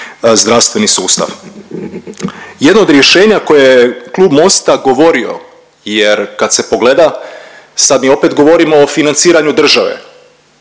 zdravstveni sustav. Jedno od rješenja koje je Klub MOST-a govorio jer kad se pogleda sad mi opet govorimo o financiranju države,